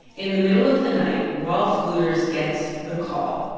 in the middle of the night, rolf luders gets the call.